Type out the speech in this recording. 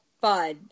fun